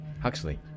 Huxley